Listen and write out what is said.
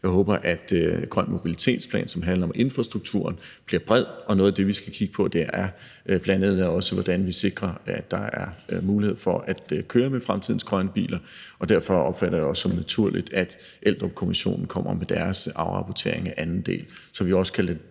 om en grøn mobilitetsplan, som handler om infrastrukturen, bliver bred. Og noget af det, vi skal kigge på, er bl.a. også, hvordan vi sikrer, at der er mulighed for at køre med fremtidens grønne biler. Derfor opfatter jeg det også som naturligt, at Eldrupkommissionen kommer med deres afrapportering af anden del, så vi også kan lade den